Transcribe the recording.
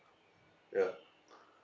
ya